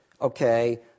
okay